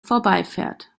vorbeifährt